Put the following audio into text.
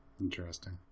Interesting